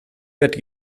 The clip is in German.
wird